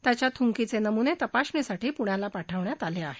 त्यांच्या थुंकीचे नमुनेतपासणीसाठी पुण्याला पाठविण्यात आले आहेत